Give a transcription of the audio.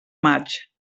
maig